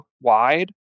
wide